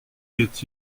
était